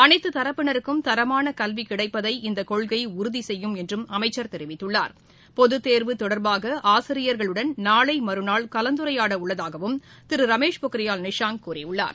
அனைத்துத் தரப்பினருக்கும் தரமான கல்வி கிளடப்பதை இந்த கொள்கை உறுதி செய்யும் என்றும் அமச்சர் தெரிவித்துள்ளார் பொதுத் தேர்வு தொடர்பாக ஆசிரியர்களுடன் நாளை மறுநாள் கலந்துரையாடவுள்ளதாகவும் திரு ரமேஷ் பொக்ரியால் நிஷாங்க் கூறியுள்ளார்